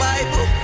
Bible